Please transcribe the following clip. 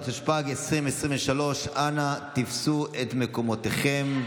התשפ"ג 2023. אנא תפסו את מקומותיכם.